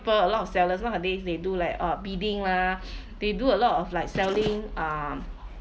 people a lot of sellers nowadays they do like uh bidding lah they do a lot of like selling uh